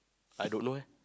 I don't know eh